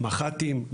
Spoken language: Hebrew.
מח"טים,